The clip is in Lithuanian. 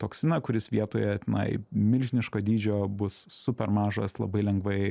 toksiną kuris vietoje tenai milžiniško dydžio bus super mažas labai lengvai